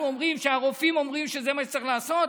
אומרים שהרופאים אומרים שזה מה שצריך לעשות,